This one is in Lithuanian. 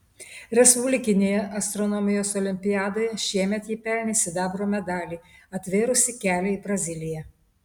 respublikinėje astronomijos olimpiadoje šiemet ji pelnė sidabro medalį atvėrusį kelią į braziliją